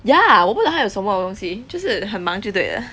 ya 我不懂她有什么东西就是很忙就对了